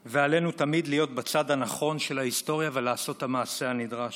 ועלינו תמיד להיות בצד הנכון של ההיסטוריה ולעשות את המעשה הנדרש.